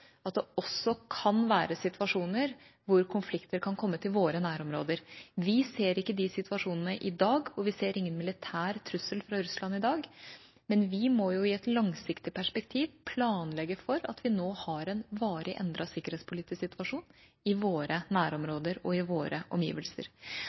at det også kan være situasjoner hvor konflikter kan komme til våre nærområder. Vi ser ikke de situasjonene i dag, og vi ser ingen militær trussel fra Russland i dag. Men vi må i et langsiktig perspektiv planlegge for at vi nå har en varig endret sikkerhetspolitisk situasjon i våre nærområder og i våre omgivelser.